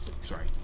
sorry